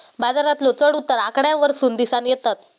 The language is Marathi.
बाजारातलो चढ उतार आकड्यांवरसून दिसानं येतत